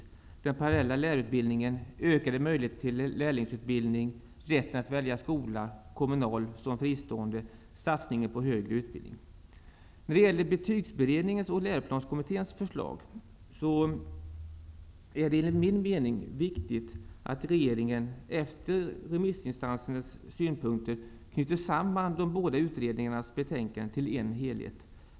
Det gäller den parallella lärarutbildningen, ökade möjligheter till lärlingsutbildning, rätten att välja skola, kommunal som fristående, satsningen på högre utbildning. När det gäller betygsberedningens och läroplanskommitténs förslag så är det enligt min mening viktigt att regeringen efter remissinstansernas synpunkter knyter samman de båda utredningarnas betänkande till en helhet.